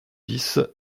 dix